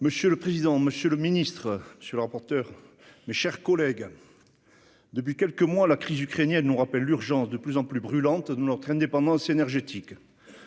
Monsieur le président, monsieur le ministre, mes chers collègues, depuis quelques mois, la crise ukrainienne nous rappelle l'urgence de plus en plus brûlante de notre indépendance énergétique.